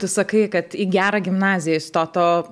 tu sakai kad į gerą gimnaziją įstot o